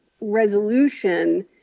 resolution